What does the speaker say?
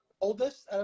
oldest